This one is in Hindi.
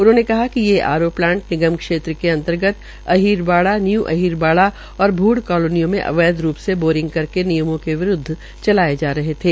उन्होंने कहा कि आर ओ प्लांट निगम क्षेत्र के अंतर्गत अहीरवाड़ा न्यू अहीरबाड़ा और भूड़ कालोनियों में अवैध रूप से बोरिंग करके निमयों के विरूदव चलाये जा रहे थे